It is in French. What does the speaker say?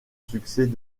succès